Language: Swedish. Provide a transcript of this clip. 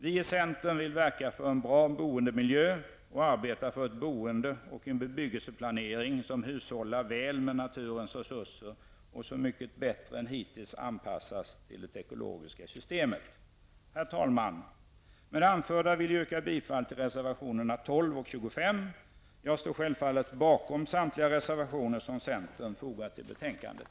Vi i centern vill verka för en bra boendemiljö och arbeta för ett boende och en bebyggelseplanering som hushållar väl med naturens resurser och som mycket bättre än hittills anpassas till det ekologiska systemet. Herr talman! Med det anförda vill jag yrka bifall till reservationerna 12 och 25. Jag står självfallet bakom samtliga reservationer som centerpartister har fogat vid betänkandet.